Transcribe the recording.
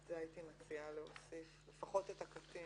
זה הייתי מציעה להוסיף, לפחות בעניין הקטין.